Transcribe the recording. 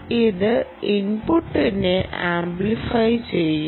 ഇത് ഇൻപുട്ടിനെ ആംപ്ലിഫൈ ചെയ്യുന്നു